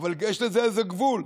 אבל יש לזה איזה גבול.